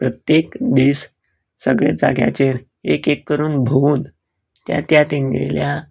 प्रत्येक दीस सगळे जाग्याचेर एक एक करून भोंवुन त्या त्या तेंगेल्या